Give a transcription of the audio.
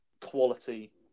quality